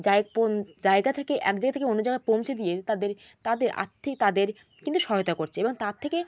জায় পোন জায়গা থেকে এক জায়গা থেকে অন্য জায়গা পৌঁছে দিয়ে তাদের তাদের আর্থিক তাদের কিন্তু সহায়তা করছে এবং তার থেকে